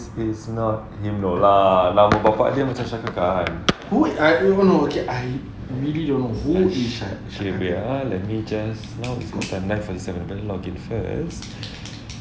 this is not him lah nama bapa dia macam shankar khan wait ah let me just now ikut timeline forty seven better log in first